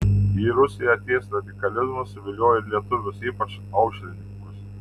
į rusiją atėjęs radikalizmas suviliojo ir lietuvius ypač aušrininkus